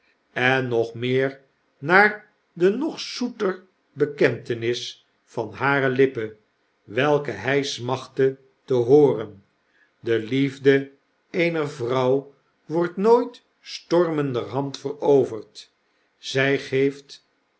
en nog meer naar de nog zoeter bekentenis van hare lippen welke hy smachtte te hooren de liefde eenervrouw wordt nooit stormenderhand veroverd zijgeeft